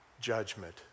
judgment